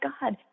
God